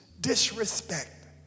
disrespect